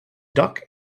duck